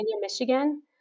Michigan